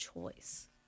choice